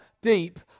deep